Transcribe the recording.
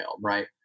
right